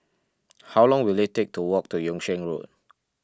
how long will it take to walk to Yung Sheng Road